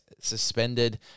Suspended